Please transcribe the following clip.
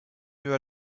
nœuds